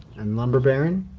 and lumber baron.